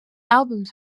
albums